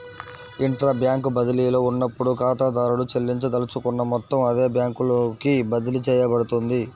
intra bank బదిలీలో ఉన్నప్పుడు, ఖాతాదారుడు చెల్లించదలుచుకున్న మొత్తం అదే బ్యాంకులోకి బదిలీ చేయబడుతుంది